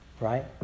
right